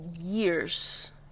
years